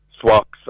swaps